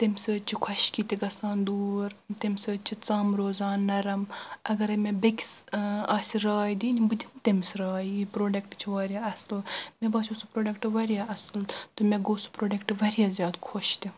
تمہِ سۭتۍ چھِ خۄشکی تہِ گژھان دوٗر تمہِ سۭتۍ چھِ ژم روزان نرم اگرے مےٚ بیٚکِس آسہِ راے دِنۍ بہٕ دِمہٕ تٔمِس راے یہِ پروڈٮ۪کٹ چھُ واریاہ اصل مےٚ باسیو سُہ پروڈٮ۪کٹ واریاہ اصل تہٕ مےٚ گوٚو سُہ پروڈٮ۪کٹ واریاہ زیادٕ خۄش تہِ